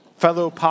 Fellow